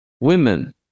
Women